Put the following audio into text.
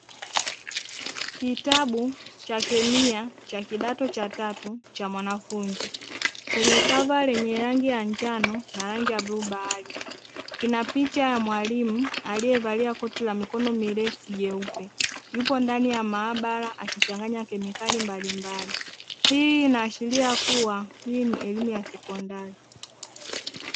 Kitabu cha kemia cha kidato cha tatu cha mwanafunzi. Chenye kava lenye rangi ya njano na rangi ya bluu bahari. Kina picha ya mwalimu aliyevaa koti la mikono mirefu jeupe. Yupo ndani ya maabara akichanganya kemikali mbalimbali. Hii inaashiria kuwa, hii ni elimu ya sekondari.